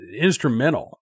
instrumental